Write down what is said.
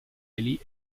riley